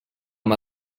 amb